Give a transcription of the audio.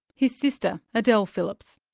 his sister, adele phillips.